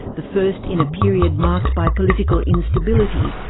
the first in a period marked by political instability,